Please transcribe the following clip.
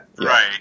Right